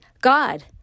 God